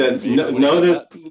notice